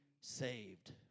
saved